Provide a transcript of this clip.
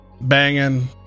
banging